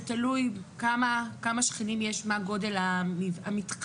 זה תלוי כמה שכנים יש, מה גודל המתחם,